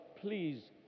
please